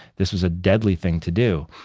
this was a deadly thing to do.